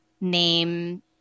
name